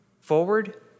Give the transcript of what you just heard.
forward